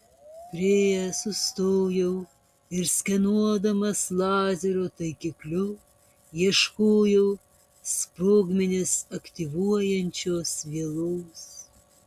priėjęs sustojau ir skenuodamas lazerio taikikliu ieškojau sprogmenis aktyvuojančios vielos